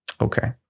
Okay